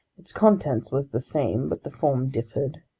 its content was the same, but the form differed.